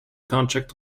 contract